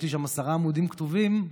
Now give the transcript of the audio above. יש לי שם עשרה עמודים כתובים,